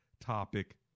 topic